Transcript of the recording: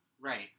right